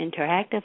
interactive